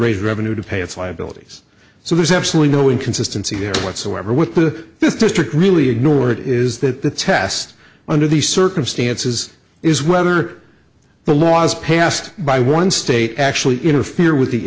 raise revenue to pay its liabilities so there's absolutely no inconsistency whatsoever with the fifth district really ignored is that the test under these circumstances is whether the laws passed by one state actually interfere with the